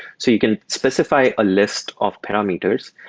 so you can specify a list of parameters,